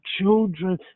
children